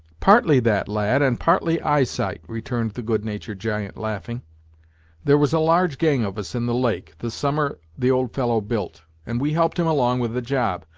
partly that, lad, and partly eyesight, returned the good-natured giant, laughing there was a large gang of us in the lake, the summer the old fellow built, and we helped him along with the job.